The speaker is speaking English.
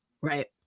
Right